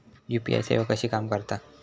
UPI सेवा कशी काम करता?